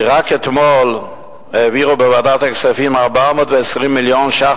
כי רק אתמול העבירו בוועדת הכספים 420 מיליון ש"ח